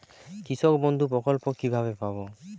কৃষকবন্ধু প্রকল্প কিভাবে পাব?